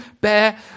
bear